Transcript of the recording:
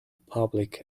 public